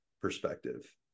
perspective